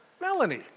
Melanie